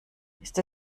ist